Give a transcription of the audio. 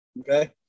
okay